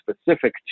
specific